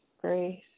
grace